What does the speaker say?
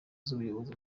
z’ubuyobozi